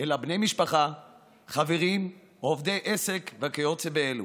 אלא בני משפחה, חברים, עובדי עסק וכיוצא באלו.